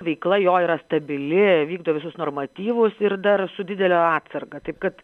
veikla jo yra stabili vykdo visus normatyvus ir dar su didele atsarga taip kad